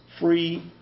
free